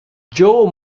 joe